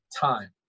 time